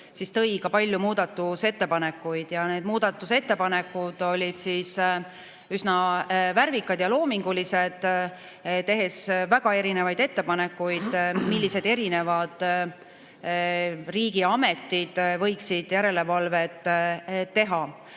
siis tõi palju muudatusettepanekuid. Need muudatusettepanekud olid üsna värvikad ja loomingulised. Tehti väga erinevaid ettepanekuid, millised riigiametid võiksid järelevalvet teha.